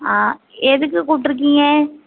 ஆ எதுக்கு கூப்பிட்ருக்கீங்க